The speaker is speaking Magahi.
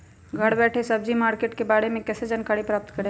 घर बैठे सब्जी मार्केट के बारे में कैसे जानकारी प्राप्त करें?